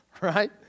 right